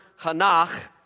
hanach